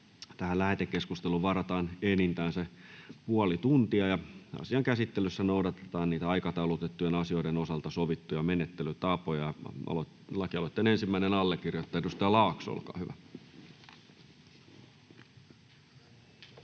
lähetekeskusteluun varataan tässä vaiheessa enintään 30 minuuttia. Asian käsittelyssä noudatetaan niitä aikataulutettujen asioiden osalta sovittuja menettelytapoja. — Nyt on ensimmäisenä allekirjoittajana edustaja Elomaa. Olkaa hyvä.